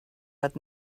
but